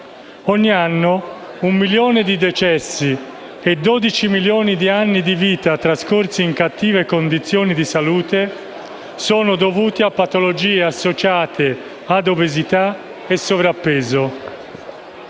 ogni anno un milione di decessi e dodici milioni di anni di vita trascorsi in cattive condizioni di salute sono dovuti a patologie associate ad obesità e sovrappeso.